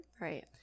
right